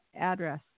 address